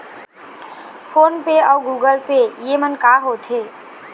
Phone पे अउ Google Pay येमन का होते?